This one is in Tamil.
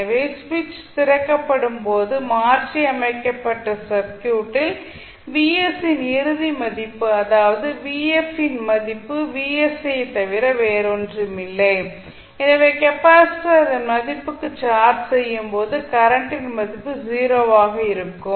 எனவே சுவிட்ச் திறக்கப்படும் போது மாற்றியமைக்கப்பட்ட சர்க்யூட்டில் Vs இன் இறுதி மதிப்பு அதாவது இன் மதிப்பு Vs ஐத் தவிர வேறொன்றுமில்லை ஏனெனில் கெபாசிட்டர் அதன் மதிப்புக்கு சார்ஜ் செய்யும் போது கரண்டின் மதிப்பு 0 ஆக இருக்கும்